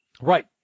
Right